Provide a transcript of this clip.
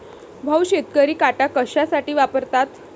भाऊ, शेतकरी काटा कशासाठी वापरतात?